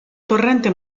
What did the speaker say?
torrente